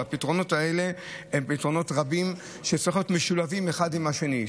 הפתרונות האלה הם פתרונות רבים שצריכים להיות משולבים אחד עם השני,